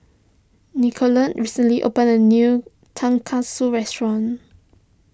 Nicolette recently opened a new Tonkatsu restaurant